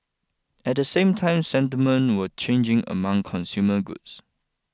at the same time sentiment was changing among consumer goods